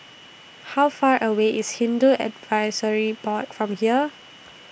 How Far away IS Hindu Advisory Board from here